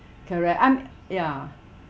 correct I'm ya